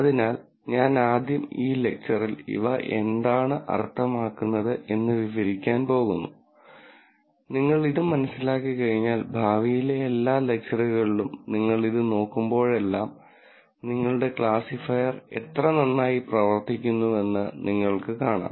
അതിനാൽ ഞാൻ ആദ്യം ഈ ലെക്ച്ചറിൽ ഇവ എന്താണ് അർത്ഥമാക്കുന്നത് എന്ന് വിവരിക്കാൻ പോകുന്നു നിങ്ങൾ ഇത് മനസ്സിലാക്കിക്കഴിഞ്ഞാൽ ഭാവിയിലെ എല്ലാ ലെക്ച്ചറുകളിലും നിങ്ങൾ ഇത് നോക്കുമ്പോഴെല്ലാം നിങ്ങളുടെ ക്ലാസിഫയർ എത്ര നന്നായി പ്രവർത്തിക്കുന്നുവെന്ന് നിങ്ങൾ കാണും